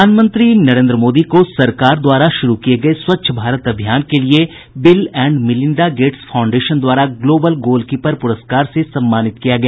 प्रधानमंत्री नरेन्द्र मोदी को सरकार द्वारा शुरू किये गये स्वच्छ भारत अभियान के लिए Bill and Melinda Gates Foundation द्वारा ग्लोबल गोलकीपर पुरस्कार से सम्मानित किया गया